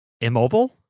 immobile